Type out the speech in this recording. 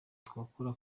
twakora